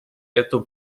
эту